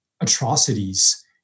atrocities